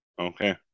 okay